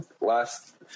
last